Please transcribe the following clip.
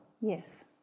Yes